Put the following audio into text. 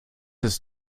ist